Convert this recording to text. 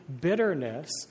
bitterness